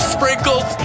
Sprinkles